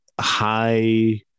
high